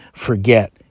forget